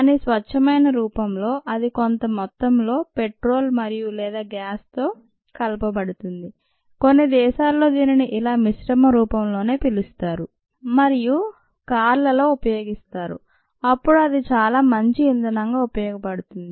కానీ స్వచ్ఛమైన రూపంలో అది కొంత మొత్తంలో పెట్రోల్ మరియు లేదా గ్యాస్ తో కలపబడుతుంది కొన్ని దేశాల్లో దీనిని ఇలా మిశ్రమరూపంలోనే పిలుస్తారు మరియు కార్లలో ఉపయోగిస్తారు అప్పుడు అది చాలా మంచి ఇంధనంగా ఉపయోగపడుతుంది